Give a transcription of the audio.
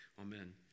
Amen